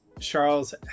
Charles